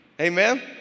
Amen